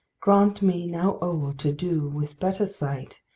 grant me, now old, to do with better sight,